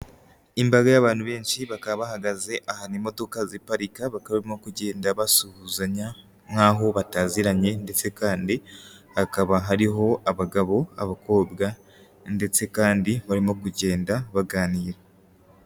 Imbaga y'abantu benshi bakaba bahagaze ahantu imodoka ziparika, bakaba barimo kugenda basuhuzanya nk'aho bataziranye, ndetse kandi hakaba hariho abagabo, abakobwa, ndetse kandi barimo kugenda baganira.